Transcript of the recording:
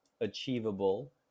achievable